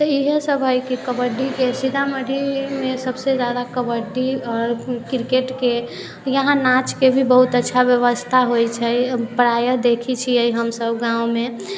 तऽ इहे सभ कबड्डीके सीतामढ़ी मे सभसँ जादा कबड्डी आर क्रिकेटके इहाँ नाचके भी बहुत अच्छा व्यवस्था होइ छै प्रायः देखै छियै हमसभ गाँवमे